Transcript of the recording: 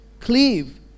cleave